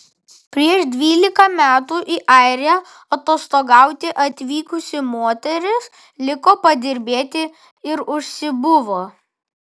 prieš dvylika metų į airiją atostogauti atvykusi moteris liko padirbėti ir užsibuvo